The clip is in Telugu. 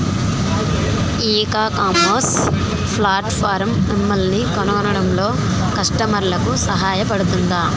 ఈ ఇకామర్స్ ప్లాట్ఫారమ్ మిమ్మల్ని కనుగొనడంలో కస్టమర్లకు సహాయపడుతుందా?